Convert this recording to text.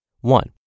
One